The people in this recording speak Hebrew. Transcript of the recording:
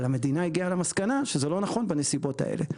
אבל המדינה הגיעה למסקנה שזה לא נכון בנסיבות האלה.